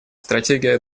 стратегия